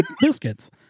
biscuits